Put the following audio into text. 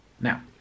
now